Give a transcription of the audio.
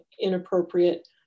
inappropriate